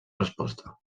resposta